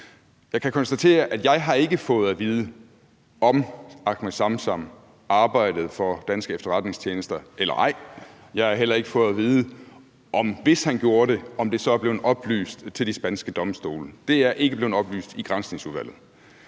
jeg ikke har fået at vide, om Ahmed Samsam arbejdede for danske efterretningstjenester eller ej. Jeg har heller ikke, hvis han gjorde det, fået at vide, om det så er blevet oplyst til de spanske domstole. Det er ikke blevet oplyst i Granskningsudvalget.